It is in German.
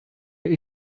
mir